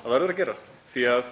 Það verður að gerast því að